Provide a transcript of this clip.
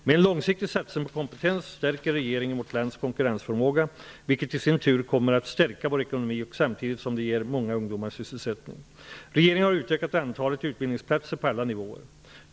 Med en långsiktig satsning på kompetens stärker regeringen vårt lands konkurrensförmåga, vilket i sin tur kommer att stärka vår ekonomi samtidigt som det ger många ungdomar sysselsättning. Regeringen har utökat antalet utbildningsplatser på alla nivåer.